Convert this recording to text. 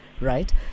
Right